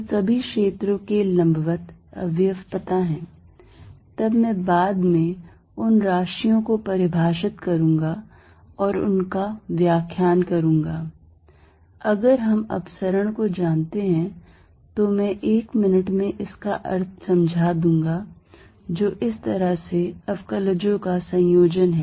तो सभी क्षेत्रों के लंबवत अवयव पता है तब मैं बाद में उन राशियों को परिभाषित करूँगा और उनका व्याख्यान करूँगा अगर हम अपसरण को जानते हैं तो मैं एक मिनट में इसका अर्थ समझा दूंगा जो इस तरह से अवकलजों का संयोजन है